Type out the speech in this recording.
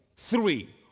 Three